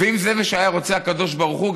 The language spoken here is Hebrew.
אם זה מה שהיה רוצה הקדוש ברוך הוא,